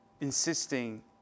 Insisting